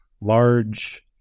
large